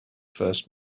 first